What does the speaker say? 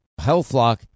HealthLock